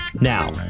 Now